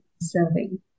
serving